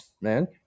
man